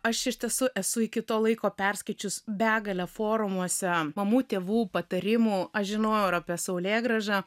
aš iš tiesų esu iki to laiko perskaičius begalę forumuose mamų tėvų patarimų aš žinojau ir apie saulėgrąžą